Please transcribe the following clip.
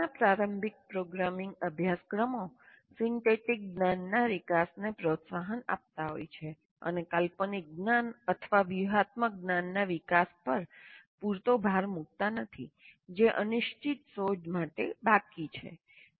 મોટાભાગના પ્રારંભિક પ્રોગ્રામિંગ અભ્યાસક્રમો સિન્ટેટીક જ્ઞાનના વિકાસને પ્રોત્સાહન આપતા હોય છે અને કાલ્પનિક જ્ઞાન અથવા વ્યૂહાત્મક જ્ઞાનના વિકાસ પર પૂરતો ભાર મૂકતા નથી જે અનિશ્ચિત શોધ માટે બાકી છે